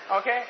Okay